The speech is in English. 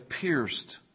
pierced